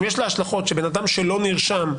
אם יש לה השלכות שאדם שלא נרשם,